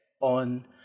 on